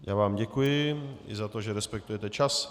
Já vám děkuji i za to, že respektujete čas.